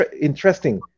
interesting